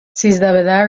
سیزدهبدر